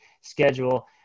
schedule